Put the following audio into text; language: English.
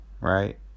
right